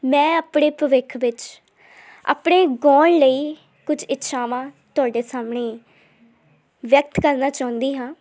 ਮੈਂ ਆਪਣੇ ਭਵਿੱਖ ਵਿੱਚ ਆਪਣੇ ਗਾਉਣ ਲਈ ਕੁਝ ਇੱਛਾਵਾਂ ਤੁਹਾਡੇ ਸਾਹਮਣੇ ਵਿਅਕਤ ਕਰਨਾ ਚਾਹੁੰਦੀ ਹਾਂ